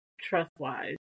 trust-wise